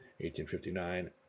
1859